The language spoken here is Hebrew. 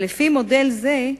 לפי מודל זה,